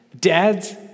Dads